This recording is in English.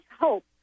hope